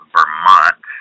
Vermont